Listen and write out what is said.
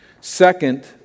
Second